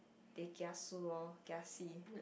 they kiasu loh kiasi